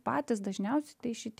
patys dažniausi tai šitie